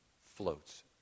floats